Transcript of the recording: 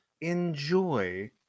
enjoy